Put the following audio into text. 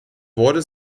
wurde